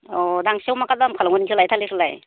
अ दांसेयाव मा दाम खालामगोन नोंसोरलाय थालिरखौलाय